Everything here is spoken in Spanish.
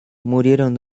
murieron